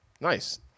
Nice